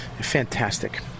fantastic